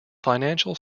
financial